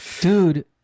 dude